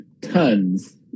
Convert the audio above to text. tons